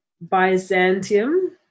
Byzantium